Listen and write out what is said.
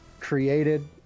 created